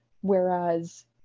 Whereas